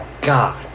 god